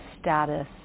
status